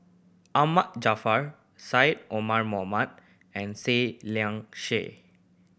Ahmad Jaafar Syed Omar Mohamed and Seah Liang Seah